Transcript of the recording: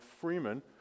Freeman